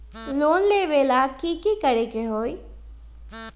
Loan लेबे ला की कि करे के होतई?